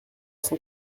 cent